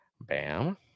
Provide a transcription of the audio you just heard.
Bam